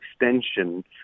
extension